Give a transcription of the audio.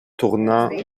tournant